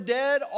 dead